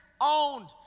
owned